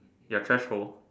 your threshold